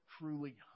truly